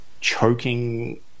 choking